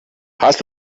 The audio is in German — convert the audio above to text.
hast